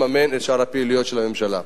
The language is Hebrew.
יממן את שאר הפעילויות של הממשלה.